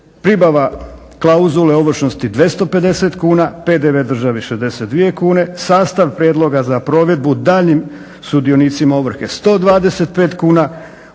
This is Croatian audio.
pribava klauzule ovršnosti 250 kuna, PDV državi 62 kune, sastav prijedloga za provedbu daljnjim sudionicima ovrhe 125 kuna,